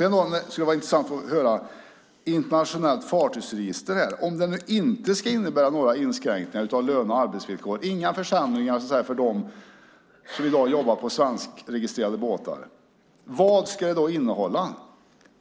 Om nu ett internationellt fartygsregister inte ska innebära några inskränkningar i löne och arbetsvillkoren, inga försämringar för dem som i dag jobbar på svenskregistrerade båtar, vad ska det då innehålla?